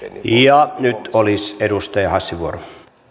ja nyt olisi edustaja hassin vuoro arvoisa puhemies